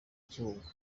kibungo